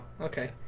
okay